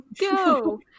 go